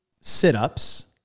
sit-ups